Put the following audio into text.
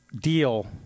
deal